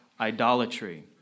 idolatry